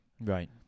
Right